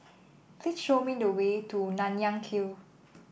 please show me the way to Nanyang Hill